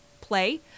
play